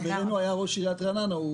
חברנו היה ראש עיריית רעננה.